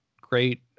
great